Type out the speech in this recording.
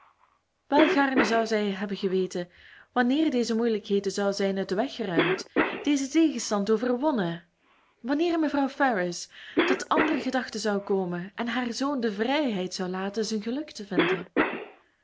wel gaarne zou zij hebben geweten wanneer deze moeilijkheden zouden zijn uit den weg geruimd deze tegenstand overwonnen wanneer mevrouw ferrars tot andere gedachten zou komen en haar zoon de vrijheid zou laten zijn geluk te vinden